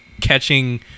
catching